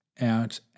out